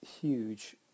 huge